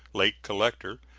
late collector,